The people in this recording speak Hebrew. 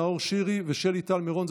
נאור שירי ושלי טל מירון.